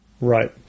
Right